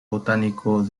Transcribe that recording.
botánico